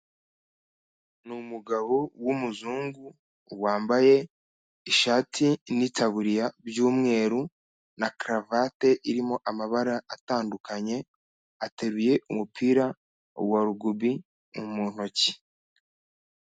Ni umugabo w'umuzungu, wambaye ishati n'itaburiya by'umweru, na karavate irimo amabara atandukanye, ateruye umupira wa Rugby mu ntoki.